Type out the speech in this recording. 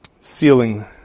sealing